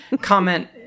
comment